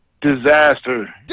Disaster